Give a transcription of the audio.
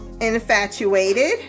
infatuated